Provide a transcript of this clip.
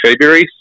February